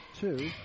Two